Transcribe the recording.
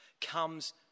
comes